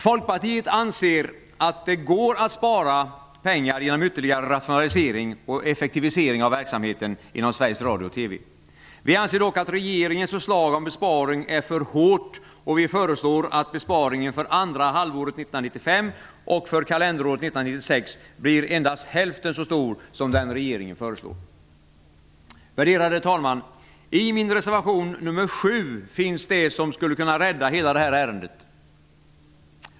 Folkpartiet anser att det går att spara pengar genom ytterligare rationalisering och effektivisering av verksamheten inom Sveriges Radio och TV. Folkpartiet anser dock att regeringens förslag innebär en alltför kraftig besparing, och vi föreslår att besparingen för det andra halvåret 1995 och för kalenderåret 1996 endast blir hälften så stor som den regeringen föreslår. Värderade talman! I min reservation nr 7 finns det som skulle kunna rädda hela ärendet.